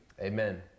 Amen